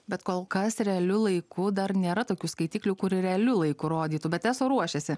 bet kol kas realiu laiku dar nėra tokių skaitiklių kuri realiu laiku rodytų bet eso ruošiasi